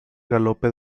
galope